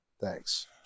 Thanks